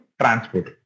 transport